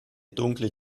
dunkle